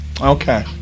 Okay